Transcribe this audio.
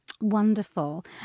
Wonderful